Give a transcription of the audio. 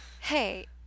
hey